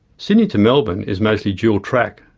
sydney to melbourne is mostly dual track,